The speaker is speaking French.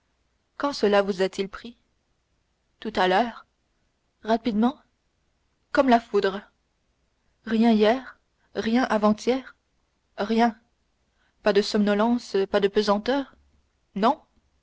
quand cela vous a-t-il pris tout à l'heure rapidement comme la foudre rien hier rien avant-hier rien pas de somnolence pas de pesanteurs non